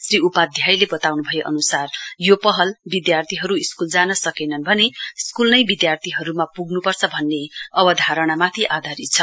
श्री उपाध्यायले बताउनु भए अनुसार यो पहल विद्यार्थीहरू स्कूल जान सकेनन् भने स्कूल नै विद्यार्थीहरूमा पुग्नुपर्छ भन्ने अवधारणामा आधारित छ